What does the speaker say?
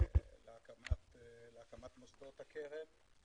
להקמת מוסדות הקרן.